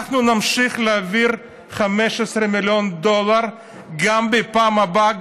אנחנו נמשיך להעביר 15 מיליון דולר גם בפעם הבאה,